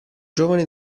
giovane